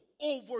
over